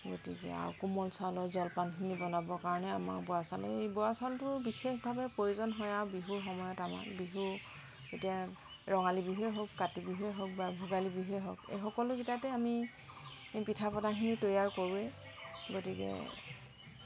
গতিকে আৰু কোমল চাউলৰ জলপানখিনি বনাবৰ কাৰণে আমাৰ বৰা চাউল এই বৰা চাউলটো বিশেষভাৱে প্ৰয়োজন হয় আৰু বিহু সময়ত আমাৰ বিহু এতিয়া ৰঙালী বিহুৱে হওক কাতি বিহুৱে হওক বা ভোগালী বিহুৱে হওক এই সকলোকেইটাতে আমি পিঠা পনাখিনি তৈয়াৰ কৰোঁৱে গতিকে